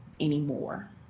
anymore